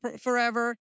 forever